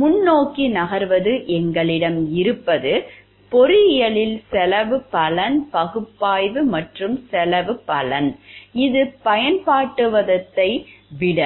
முன்னோக்கி நகர்வது எங்களிடம் இருப்பது பொறியியலில் செலவு பலன் பகுப்பாய்வு மற்றும் செலவு பலன் பகுப்பாய்வு ஆகும் இது பயன்பாட்டுவாதத்தை விட